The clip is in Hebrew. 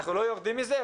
אנחנו לא יורדים מזה,